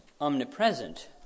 omnipresent